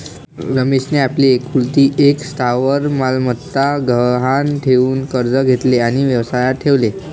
रमेशने आपली एकुलती एक स्थावर मालमत्ता गहाण ठेवून कर्ज घेतले आणि व्यवसायात ठेवले